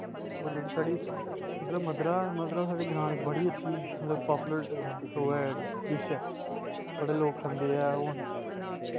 और जेह्ड़ी साढ़ी मतलव मध्दरा साढ़े ग्रांऽ दी बड़ी अच्छी मतलव पॉपूलर ओह् ऐ डिश ऐ बड़े लोग खंदे ऐ हून